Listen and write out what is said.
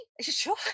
sure